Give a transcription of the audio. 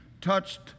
touched